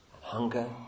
hunger